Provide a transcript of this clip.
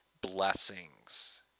blessings